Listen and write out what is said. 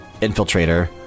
Infiltrator